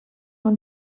und